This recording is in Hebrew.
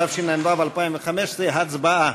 התשע"ו 2015, הצבעה.